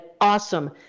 awesome